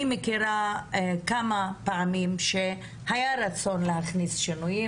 אני מכירה כמה מקרים שבהם היה רצון להכניס שינויים,